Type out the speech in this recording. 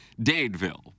Dadeville